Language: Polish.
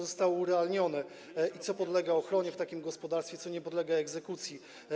Zostało urealnione, co podlega ochronie w takim gospodarstwie, co nie podlega egzekucji.